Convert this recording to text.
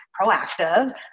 proactive